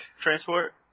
transport